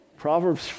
Proverbs